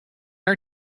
are